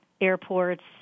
airports